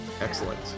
excellent